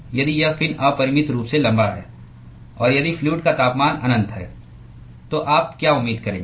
यदि यह फिन अपरिमित रूप से लंबा है और यदि फ्लूअड का तापमान अनंत है तो आप क्या उम्मीद करेंगे